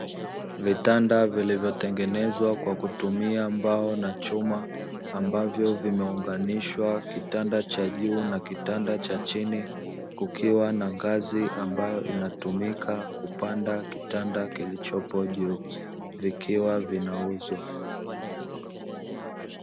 Vitanda vilivyotengenezwa kwa kutumia mbao na chuma ambavyo vimeunganishwa kitanda cha juu na kitanda cha chini, kukiwa na ngazi ambayo inatumika kupanda kitanda kilichopo juu vikiwa vinauzwa.